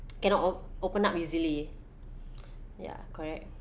cannot o~ open up easily ya correct